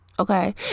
okay